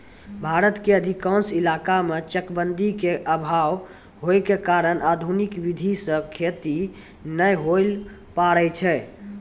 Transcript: भारत के अधिकांश इलाका मॅ चकबंदी के अभाव होय के कारण आधुनिक विधी सॅ खेती नाय होय ल पारै छै